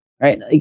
right